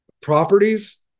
properties